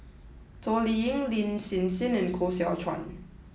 Toh Liying Lin Hsin Hsin and Koh Seow Chuan